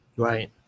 Right